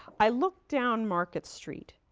i looked down market street.